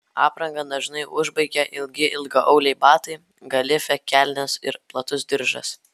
aprangą dažnai užbaigia ilgi ilgaauliai batai galifė kelnės ir platus diržas